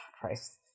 Christ